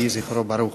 יהי זכרו ברוך.